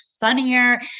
funnier